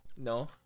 No